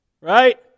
right